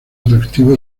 atractivo